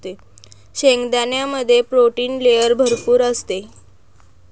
शेंगदाण्यामध्ये protein layer भरपूर असते